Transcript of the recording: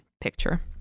picture